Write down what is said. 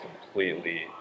completely